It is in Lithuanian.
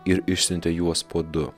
ir išsiuntė juos po du